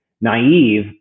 naive